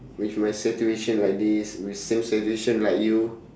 which my situation like this is same situation like you